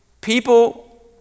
people